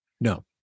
No